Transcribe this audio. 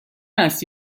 است